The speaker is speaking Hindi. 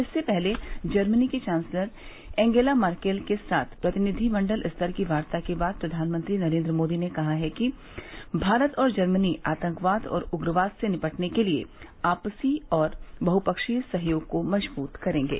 इससे पहले जर्मनी की चांसलर एंगेला मर्केल के साथ प्रतिनिधिमंडल स्तर की वार्ता के बाद प्रधानमंत्री नरेंद्र मोदी ने कहा है कि भारत और जर्मनी आतंकवाद और उग्रवाद से निपटने के लिए आपसी और बहुपक्षीय सहयोग को मजबूत करेंगे